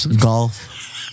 golf